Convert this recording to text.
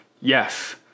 Yes